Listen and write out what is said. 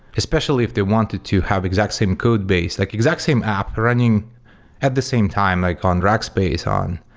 especially if they wanted to have exact same codebase. like exact same app running at the same time, like on rackspace, on